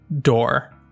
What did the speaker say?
door